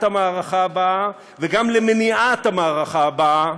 המערכה הבאה וגם למניעת המערכה הבאה,